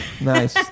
Nice